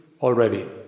already